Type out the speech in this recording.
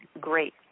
great